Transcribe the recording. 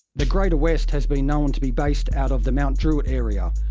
the greater west has been known to be based out of the mt druitt area.